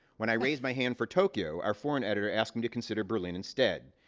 when i raised my hand for tokyo, our foreign editor asked me to consider berlin instead.